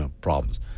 problems